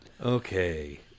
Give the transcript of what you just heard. Okay